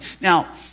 Now